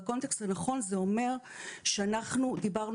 בקונטקסט הנכון זה אומר שאנחנו דיברנו